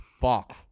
fuck